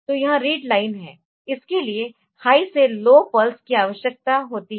तो यह read line है इसके लिए हाई से लो पल्स की आवश्यकता होती है